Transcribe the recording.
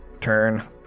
turn